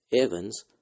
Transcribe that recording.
Evans